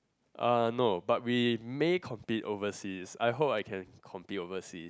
uh no but we may compete overseas I hope we can compete oversea